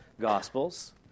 gospels